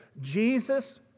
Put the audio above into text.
Jesus